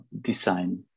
design